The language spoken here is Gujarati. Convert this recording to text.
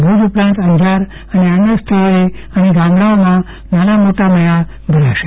ભુજ ઉપરાંત અંજાર અને અન્ય સ્થળોએ અને ગામડાઓમાં નાના મોટા મેળા ભરાશે